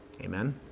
Amen